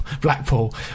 Blackpool